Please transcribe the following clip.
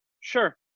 Sure